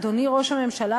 אדוני ראש הממשלה,